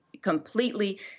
completely